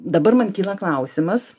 dabar man kyla klausimas